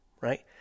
Right